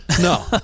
No